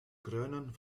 kruinen